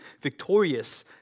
victorious